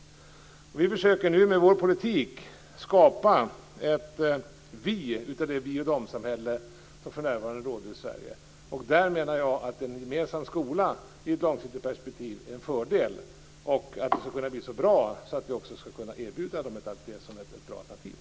Socialdemokraterna försöker nu med sin politik att skapa ett vi av det vi-och-de-samhälle som för närvarande finns i Sverige. Jag menar att en gemensam skola i ett långsiktigt perspektiv är en fördel. Den skall kunna bli så bra att vi också skall kunna erbjuda den som ett bra alternativ.